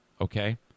okay